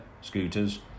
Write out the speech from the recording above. Scooters